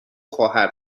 خواهر